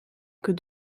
que